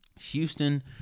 Houston